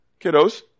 kiddos